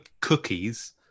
cookies